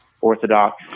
Orthodox